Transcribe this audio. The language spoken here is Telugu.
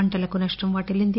పంటలకు నష్టం వాటిల్లింది